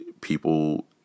people